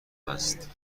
است